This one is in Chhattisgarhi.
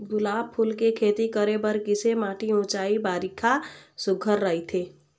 गुलाब फूल के खेती करे बर किसे माटी ऊंचाई बारिखा सुघ्घर राइथे?